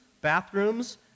bathrooms